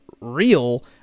real